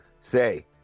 say